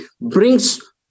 brings